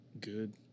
good